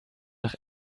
nach